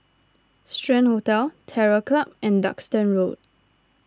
Strand Hotel Terror Club and Duxton Road